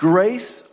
Grace